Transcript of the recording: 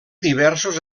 diversos